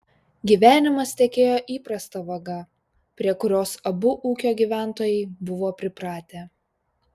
gyvenimas tekėjo įprasta vaga prie kurios abu ūkio gyventojai buvo pripratę